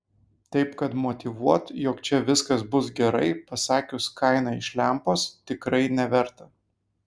taip kad motyvuot jog čia viskas bus gerai pasakius kainą iš lempos tikrai neverta